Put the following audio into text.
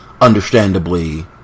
understandably